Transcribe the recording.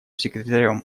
секретарем